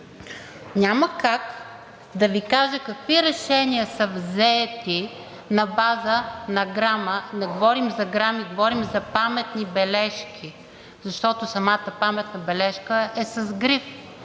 Няма как да Ви кажа какви решения са взети на база на грама, не говорим за грами, говорим за паметни бележки, защото самата паметна бележка е с гриф,